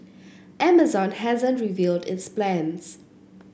Amazon hasn't revealed its plans